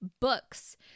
books